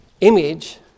image